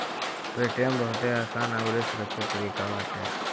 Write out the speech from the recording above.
Paytm बहुते आसान अउरी सुरक्षित तरीका बाटे